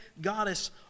goddess